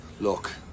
Look